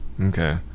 Okay